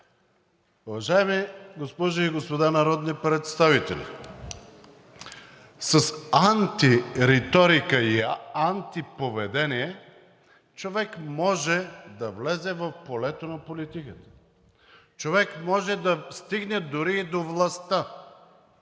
Уважаеми госпожи и господа народни представители, с антириторика и антиповедение човек може да влезе в полето на политиката, човек може да стигне дори и до властта,